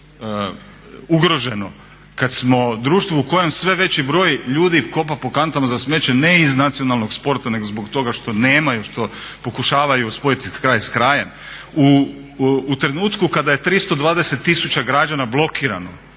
ugroženo, kad smo društvo u kojem sve veći broj ljudi kopa po kantama za smeće ne iz nacionalnog sporta nego zbog toga što nemaju, što pokušavaju spojiti kraj s krajem. U trenutku kada je 320 tisuća građana blokirano,